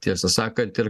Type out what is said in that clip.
tiesą sakant ir